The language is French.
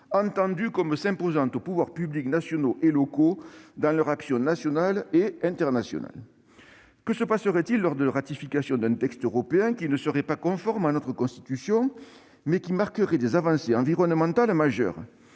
entendu comme « s'imposant aux pouvoirs publics nationaux et locaux dans leur action nationale et internationale ». Que se passerait-il lors de la ratification d'un texte européen qui ne serait pas conforme à notre Constitution, mais qui marquerait des avancées environnementales majeures ?